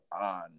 on